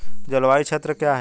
जलवायु क्षेत्र क्या है?